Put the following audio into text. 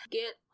get